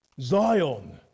Zion